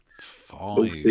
Five